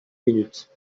minutes